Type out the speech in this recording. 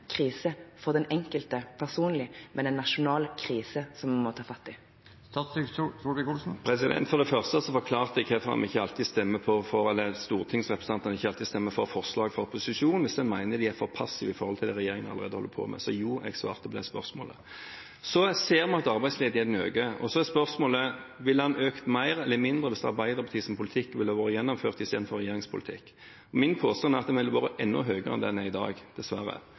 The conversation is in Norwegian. krise for den enkelte personlig, men en nasjonal krise, som vi må ta fatt i? For det første så forklarte jeg hvorfor stortingsrepresentantene ikke alltid stemmer for forslag fra opposisjonen hvis en mener de er for passive i forhold til det regjeringen allerede holder på med, så jo, jeg svarte på det spørsmålet. Så ser vi at arbeidsledigheten øker, og så er spørsmålet: Ville den økt mer eller mindre hvis Arbeiderpartiets politikk hadde vært gjennomført i stedet for regjeringens politikk? Min påstand er at den ville vært enda høyere enn den er i dag, dessverre,